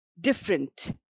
different